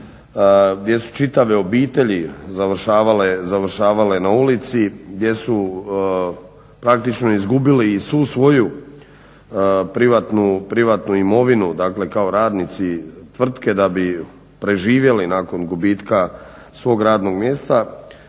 gdje su čitave obitelji završavale na ulici, gdje su praktično izgubili i svu svoju privatnu imovinu, dakle kao radnici tvrtke da bi preživjeli nakon gubitka svog radnog mjesta